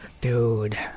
Dude